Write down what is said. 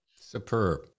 Superb